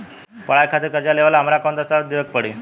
पढ़ाई खातिर कर्जा लेवेला हमरा कौन दस्तावेज़ देवे के पड़ी?